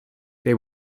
they